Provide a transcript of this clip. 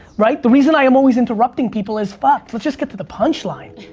right? the reason i am always interrupting people is fuck, let's just get to the punchline.